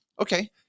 Okay